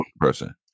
person